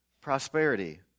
prosperity